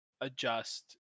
adjust